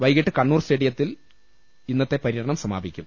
വൈകീട്ട് കണ്ണൂർ സ്റ്റേഡിയം കോർണറിൽ ഇന്നത്തെ പര്യ ടനം സമാപിക്കും